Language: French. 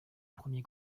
premier